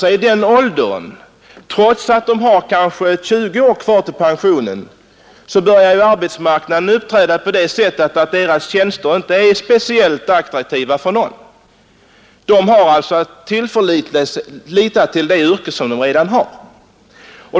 Och trots att de kanske har 20 år kvar till pensionen är deras tjänster i form av arbetskraft inte speciellt attraktiva för någon. De måste alltså lita till det yrke som de redan har.